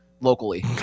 locally